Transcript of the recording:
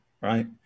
right